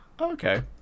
Okay